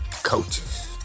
Coaches